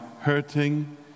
hurting